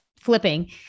flipping